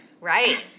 right